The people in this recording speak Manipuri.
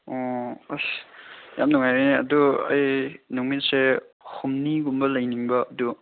ꯑꯣ ꯑꯁ ꯌꯥꯝ ꯅꯨꯡꯉꯥꯏꯔꯦꯅꯦ ꯑꯗꯨ ꯑꯩ ꯅꯨꯃꯤꯠꯁꯦ ꯍꯨꯝꯅꯤꯒꯨꯝꯕ ꯂꯩꯅꯤꯡꯕ ꯑꯗꯨ